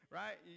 right